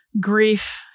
grief